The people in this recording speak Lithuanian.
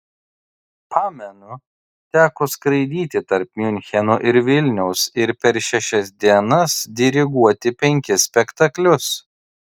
pamenu teko skraidyti tarp miuncheno ir vilniaus ir per šešias dienas diriguoti penkis spektaklius